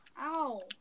Ow